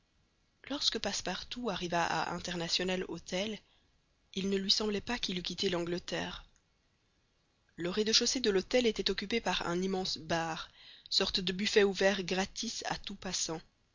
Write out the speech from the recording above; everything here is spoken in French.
lorsque passepartout arriva à international hôtel il ne lui semblait pas qu'il eût quitté l'angleterre le rez-de-chaussée de l'hôtel était occupé par un immense bar sorte de buffet ouvert gratis à tout passant